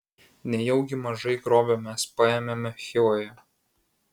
nejaugi mažai grobio mes paėmėme chivoje